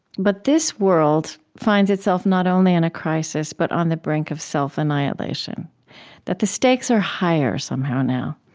but this world finds itself not only in a crisis, but on the brink of self-annihilation that the stakes are higher, somehow, now.